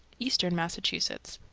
eastern massachusetts.